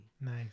Nice